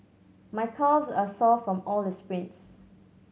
my calves are sore from all the sprints